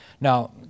Now